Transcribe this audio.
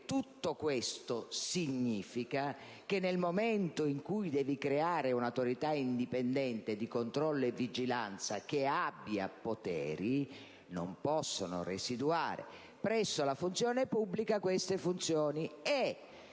tutto questo significa che, nel momento in cui devi creare un'Autorità indipendente di controllo e vigilanza che abbia poteri, non possono residuare presso la Funzione pubblica queste funzioni.